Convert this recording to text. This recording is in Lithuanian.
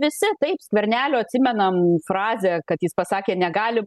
visi taip skvernelio atsimenam frazę kad jis pasakė negali